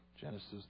Genesis